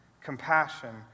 compassion